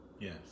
Yes